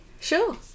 sure